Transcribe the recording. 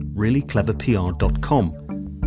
reallycleverpr.com